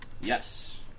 Yes